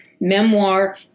memoir